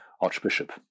Archbishop